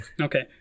Okay